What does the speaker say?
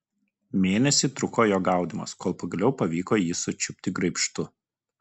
mėnesį truko jo gaudymas kol pagaliau pavyko jį sučiupti graibštu